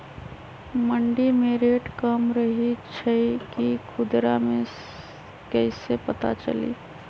मंडी मे रेट कम रही छई कि खुदरा मे कैसे पता चली?